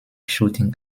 shooting